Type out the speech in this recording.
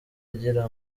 agira